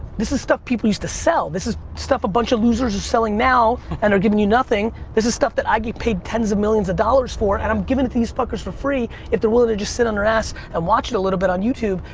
this is stuff people used to sell. this is stuff a bunch of losers are selling now and are giving you nothing. this is stuff that i get paid tens of millions of dollars for and i'm giving it to these fuckers for free if they're willing to just sit on their ass and watch it a little bit on youtube.